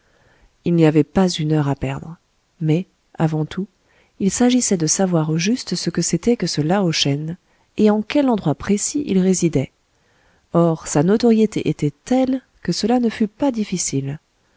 il n'y avait pas une heure à perdre mais avant tout il s'agissait de savoir au juste ce que c'était que ce lao shen et en quel endroit précis il résidait or sa notoriété était telle que cela ne fut pas difficile